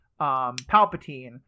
palpatine